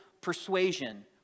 persuasion